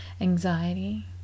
anxiety